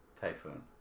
Typhoon